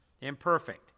Imperfect